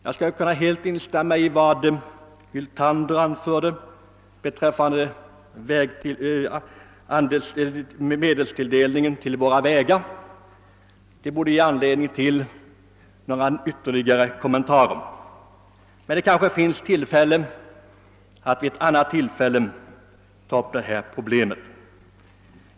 Jag kan t.ex. helt instämma i vad herr Hyltander anförde beträffande medelstilldelningen till våra vägar. Den saken borde ge anledning till ytterligare några kommentarer — men jag kanske får tillfälle att göra det en annan gång.